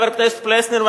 חבר הכנסת פלסנר,